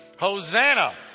Hosanna